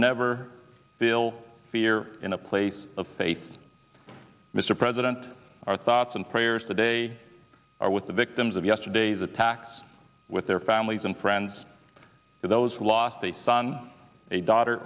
never feel fear in a place of faith mr president our thoughts and prayers today are with the victims of yesterday's attacks with their families and friends with those who lost a son a daughter